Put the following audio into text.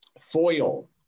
foil